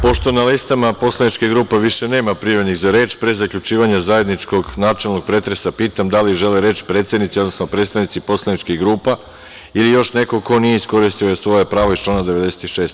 Pošto na listama poslaničkih grupa više nema prijavljenih za reč, pre zaključivanja zajedničkog načelnog pretresa, pitam da li žele reč predsednici, odnosno predstavnici poslaničkih grupa, ili još neko ko nije iskoristio svoje pravo iz člana 96.